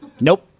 Nope